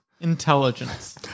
intelligence